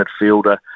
midfielder